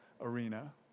arena